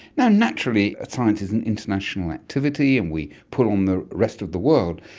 now, naturally science is an international activity and we pull on the rest of the world,